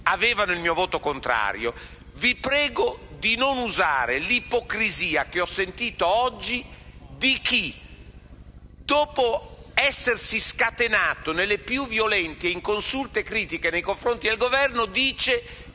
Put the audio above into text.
avevano il mio voto contrario, vi prego di non usare l'ipocrisia che ho sentito oggi da parte di chi, dopo essersi scatenato nelle più violente e inconsulte critiche nei confronti del Governo dice